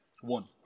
One